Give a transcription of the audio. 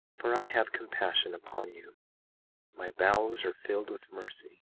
for i have compassion upon you my bowels are filled with mercy.